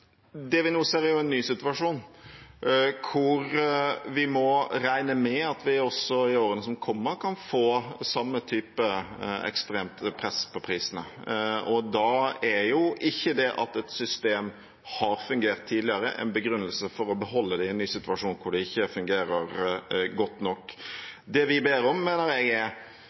Det vi nå ser, er en ny situasjon hvor vi må regne med at vi også i årene som kommer, kan få samme type ekstremt press på prisene. Da er ikke det at et system har fungert tidligere, en begrunnelse for å beholde det i en ny situasjon hvor det ikke fungerer godt nok. Det vi ber om, mener jeg er